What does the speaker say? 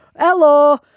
Hello